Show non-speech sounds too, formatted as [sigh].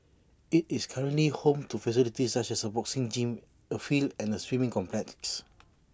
IT is currently home to facilities such as A boxing gym A field and A swimming complete [unintelligible] [noise]